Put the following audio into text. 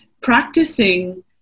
practicing